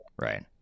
right